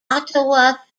ottawa